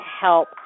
help